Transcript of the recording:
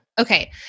Okay